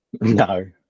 No